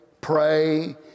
pray